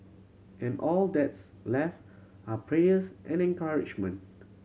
and all that's left are prayers and encouragement